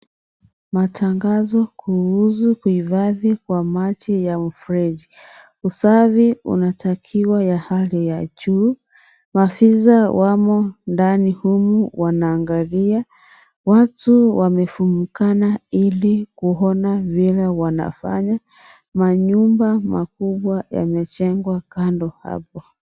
Matangazo kuhusu, kuhifadhi kwa maji ya mfereji. Usafi unatakiwa ya hali ya juu. Maafisa wamo ndani humu wanaangalia. Watu wamefumukana ili kuona vile wanafanya. Manyumba makubwa yamejengwa kando hapo.